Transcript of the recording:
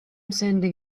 sending